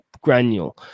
granule